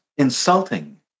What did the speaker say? Insulting